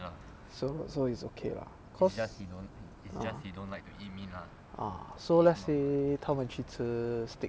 so so it's okay lah because ah so let's say 他们去吃 steak